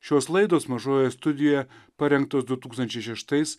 šios laidos mažojoje studijoje parengtos du tūkstančiai šeštais